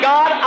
God